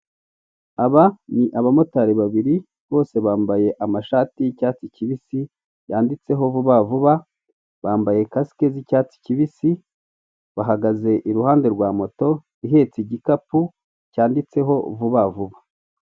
Aba ni abamotari babiri bose bambaye amashati y'icyatsi kibisi yanditseho vuba vuba bambaye kasike z'icyatsi kibisi bahagaze iruhande rwa moto ihetse igikapu cyanditseho vuba vuba.